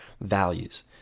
values